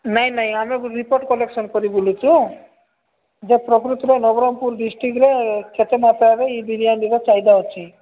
ନାଇଁ ନାଇଁ ଆମେ ରିପୋର୍ଟ କଲେକ୍ସନ କରି ବୁଲୁଛୁ ଯେ ପ୍ରକୃତରେ ନବରଙ୍ଗପୁର ଡିଷ୍ଟ୍ରିକରେ କେତେ ମାତ୍ରାରେ ଇ ବିରିୟାନୀର ଚାହିଦା ଅଛି